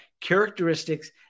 characteristics